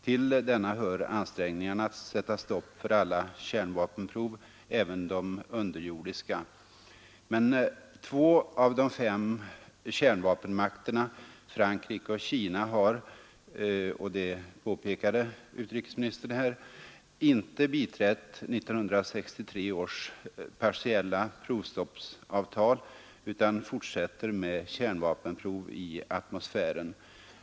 Till denna hör ansträngningarna att sätta stopp för alla kärnvapenprov, även de underjordiska. Men två av de fem kärnvapenmakterna, Frankrike och Kina, har — och det påpekade utrikesministern — inte biträtt 1963 års partiella provstoppsavtal utan fortsätter med kärnvapenprov i atmosfären.